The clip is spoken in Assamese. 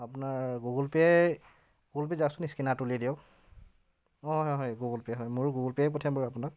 আপোনাৰ গুগোল পে' গুগোল পে'ত যাওকচোন স্কেনাৰটো উলিয়াই দিয়ক অঁ হয় হয় গুগোল পে' হয় মোৰো গুগোল পে' পঠিয়াম বাৰু আপোনাক